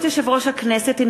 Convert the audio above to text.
ברשות יושב-ראש הכנסת,